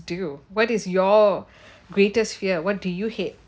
do you what is your greatest fear what do you hate